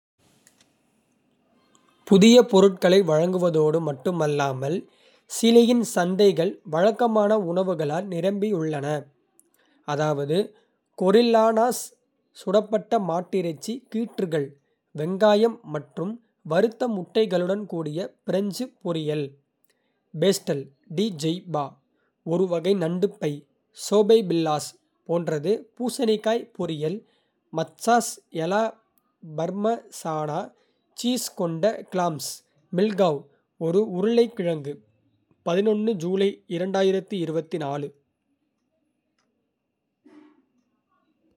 புதிய பொருட்களை வழங்குவதோடு மட்டுமல்லாமல், சிலியின் சந்தைகள் வழக்கமான உணவுகளால் நிரம்பியுள்ளன, அதாவது கொரில்லானாஸ் (சுடப்பட்ட மாட்டிறைச்சி கீற்றுகள். வெங்காயம் மற்றும் வறுத்த முட்டைகளுடன் கூடிய பிரஞ்சு பொரியல். பேஸ்டல் டி ஜெய்பா ஒரு வகை நண்டு பை, சோபைபில்லாஸ் போன்றது. பூசணிக்காய் பொரியல், மச்சாஸ் எ லா பர்மேசானா சீஸ் கொண்ட கிளாம்ஸ். மில்காவ் ஒரு உருளைக்கிழங்கு. ஜூலை.